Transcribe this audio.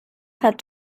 hat